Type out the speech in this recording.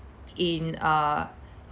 in uh